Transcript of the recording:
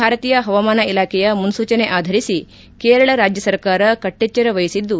ಭಾರತೀಯ ಹವಾಮಾನ ಇಲಾಖೆಯ ಮುನ್ಲೂಚನೆ ಆಧರಿಸಿ ಕೇರಳ ರಾಜ್ಯ ಸರ್ಕಾರ ಕಟ್ಟೆಚ್ಚರ ವಹಿಸಿದ್ದು